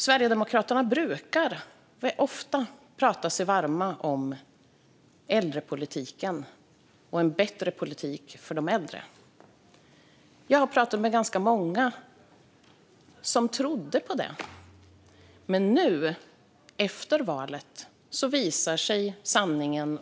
Sverigedemokraterna brukar prata sig varma för äldrepolitiken och en bättre politik för de äldre. Jag har pratat med ganska många som trodde på det de säger. Men nu, efter valet, visar sig sanningen.